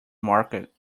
market